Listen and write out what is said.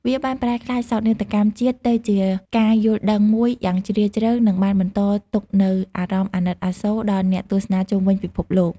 វាបានប្រែក្លាយសោកនាដកម្មជាតិទៅជាការយល់ដឹងមួយយ៉ាងជ្រាលជ្រៅ និងបានបន្សល់ទុកនូវអារម្មណ៍អាណិតអាសូរដល់អ្នកទស្សនាជុំវិញពិភពលោក។